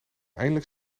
eindelijk